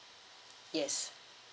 yes